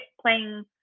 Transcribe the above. playing